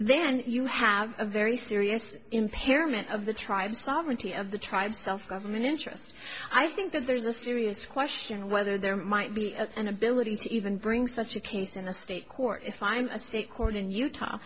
then you have a very serious impairment of the tribes sovereignty of the tribes self government interests i think there's a serious question whether there might be an ability to even bring such a case in a state court to find a state court in utah